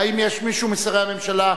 האם יש מישהו משרי הממשלה,